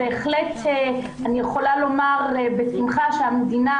בהחלט אני יכולה לומר בשמחה שהמדינה